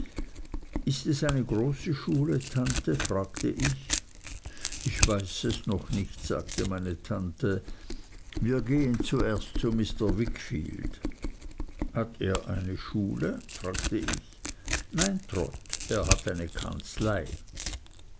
ist es eine große schule tante fragte ich ich weiß es noch nicht sagte meine tante wir gehen zuerst zu mr wickfield hat er eine schule fragte ich nein trot er hat eine kanzlei